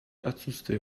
отсутствие